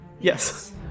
yes